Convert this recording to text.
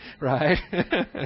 Right